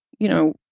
you know,